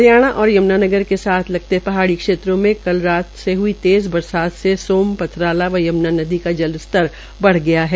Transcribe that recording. हरियाणा और यमुनानगर के साथ लगते पहाड़ी क्षेत्रों में कल रात से हई तेज़ बरसात से सोम पथराला व यम्ना नदी का जल स्तर बढ़ गया है